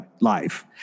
life